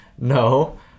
No